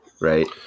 right